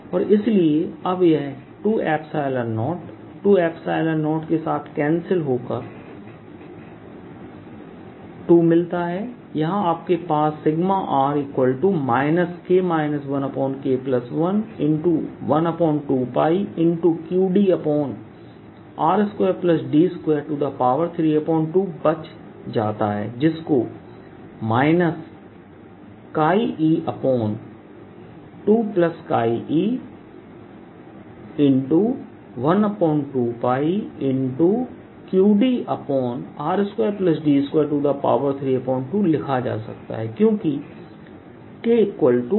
और इसलिए अब यह 20 20के साथ कैंसिल होकर 2 मिलता है यहां आपके पास K112qdr2d232 बच जाता है जिसको e2e12πqdr2d232 लिखा जा सकता है क्योंकि K1eहोता है